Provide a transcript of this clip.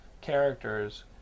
characters